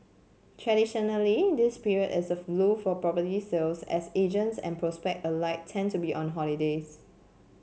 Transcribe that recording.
traditionally this period is a lull for property sales as agents and prospect alike tend to be on holidays